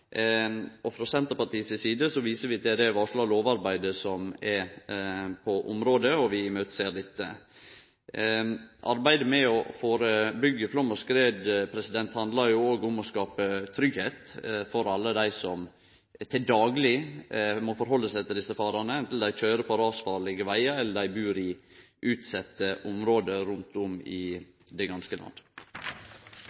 framover. Frå Senterpartiet si side viser vi til det varsla lovarbeidet på området, og vi ser fram til dette. Arbeidet med å førebyggje flaum og skred handlar jo òg om å skape tryggleik for alle dei som til dagleg må møte desse farane, anten dei køyrer på rasfarlege vegar, eller dei bur i utsette område rundt om i